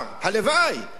אני חותם היום.